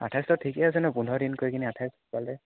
আঠাইছটো ঠিকে আছে নহ্ পোন্ধৰ দিন কৰি কিনে আঠাইছ পালে